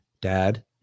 Dad